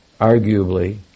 arguably